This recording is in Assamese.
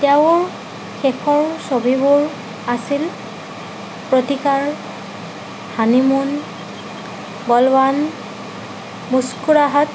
তেওঁৰ শেষৰ ছবিবোৰ আছিল প্ৰতিকাৰ হানিমুন বলৱান মুস্কুৰাহত